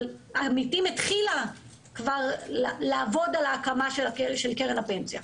אבל עמיתים התחילה כבר לעבוד על ההקמה של קרן הפנסיה.